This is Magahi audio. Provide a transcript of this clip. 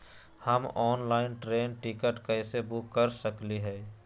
हम ऑनलाइन ट्रेन टिकट कैसे बुक कर सकली हई?